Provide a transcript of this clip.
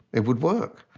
it would work.